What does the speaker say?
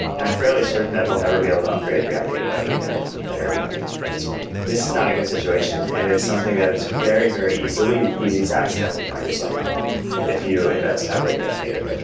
and i'm fairly certain that we'll never be able to upgrade react native ever again at airbnb at this point this is not a good situation and it's something that it's very, very easily easy to accidentally find yourself in if you invest heavily in react native.